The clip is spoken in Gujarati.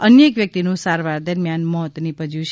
અન્ય એક વ્યક્તિનું સારવાર દરમિયાન મોત નિપજ્યું છે